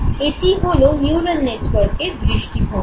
এটিই হলো নিউরাল নেটওয়ার্কের দৃষ্টিভঙ্গি